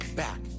back